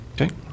okay